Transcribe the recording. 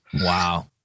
wow